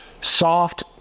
soft